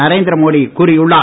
நரேந்திர மோடி கூறியுள்ளார்